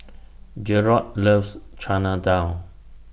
Jerrod loves Chana Dal